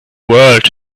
world